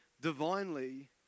divinely